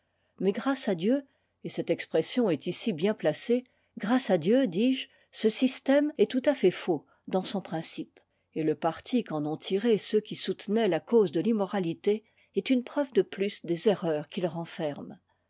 mais grâce à dieu et cette expression est ici bien placée grâce à dieu dis-je ce système est tout à fait faux dans son principe et le parti qu'en ont tiré ceux qui soutenaient ta cause de l'immoralité est une preuve de plus des erreurs qu'il renferme